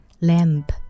lamp